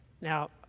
Now